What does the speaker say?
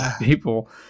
people